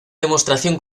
demostración